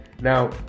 Now